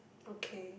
okay